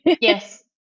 Yes